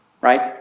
Right